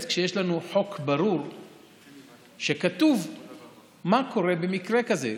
כשיש לנו חוק ברור כשכתוב בו מה קורה במקרה כזה.